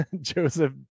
joseph